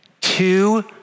two